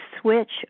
switch